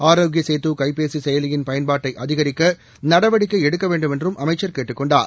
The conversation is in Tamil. ஆரோக்கிய சேது ச கைபேசி செயலியின் பயன்பாட்டை அதிகரிக்க நடவடிக்கை எடுக்க வேண்டுமென்றும் அமைச்சர் கேட்டுக் கொண்டார்